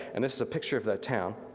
and this is a picture of that town,